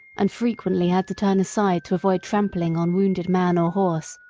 and frequently had to turn aside to avoid trampling on wounded man or horse,